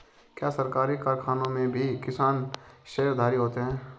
क्या सरकारी कारखानों में भी किसान शेयरधारी होते हैं?